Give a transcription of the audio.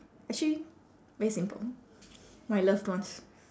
actually very simple my loved ones